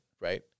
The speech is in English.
Right